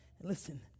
listen